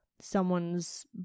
someone's